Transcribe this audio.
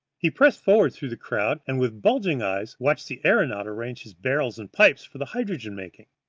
he pressed forward through the crowd and, with bulging eyes, watched the aeronaut arrange his barrels and pipes for the hydrogen-making,